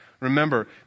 Remember